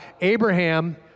Abraham